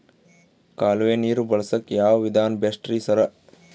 ಕಾಲುವೆ ನೀರು ಬಳಸಕ್ಕ್ ಯಾವ್ ವಿಧಾನ ಬೆಸ್ಟ್ ರಿ ಸರ್?